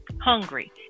hungry